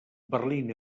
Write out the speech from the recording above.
berlín